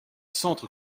centre